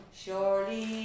surely